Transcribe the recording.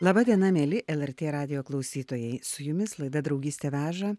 laba diena mieli lrt radijo klausytojai su jumis laida draugystė veža